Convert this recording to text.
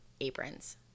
aprons